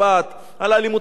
על האלימות המכוונת,